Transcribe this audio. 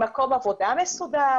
עם מקום עבודה מסודר.